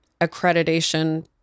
accreditation